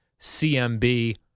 CMB